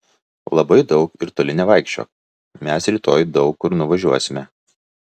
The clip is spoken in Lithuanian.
labai daug ir toli nevaikščiok mes rytoj daug kur nuvažiuosime